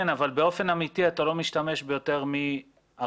כן, אבל באופן אמיתי אתה לא משתמש ביותר מ-50-40